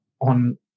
on